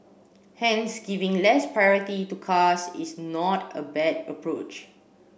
hence giving less priority to cars is not a bad approach